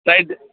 right